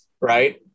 Right